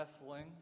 wrestling